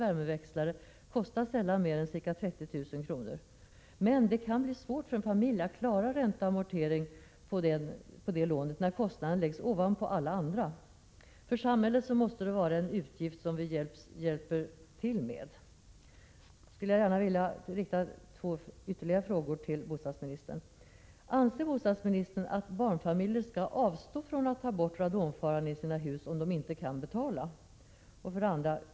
värmeväxlare, kostar sällan mer än ca 30 000 kr. Men det kan bli svårt för en familj att klara ränta och amortering på det lånet, när kostnaden läggs ovanpå alla andra. För samhället måste det vara en utgift som man hjälper till med. Jag skulle gärna vilja rikta ytterligare två frågor till bostadsministern. 1. Anser bostadsministern att barnfamiljer skall avstå från att ta bort radonfaran i sina hus, om de inte kan betala? 2.